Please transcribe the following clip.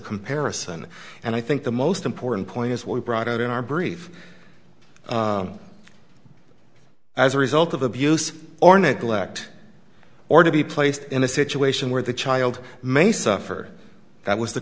comparison and i think the most important point is what we brought out in our brief as a result of abuse or neglect or to be placed in a situation where the child may suffer that was the